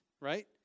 right